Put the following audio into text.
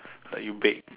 like you bake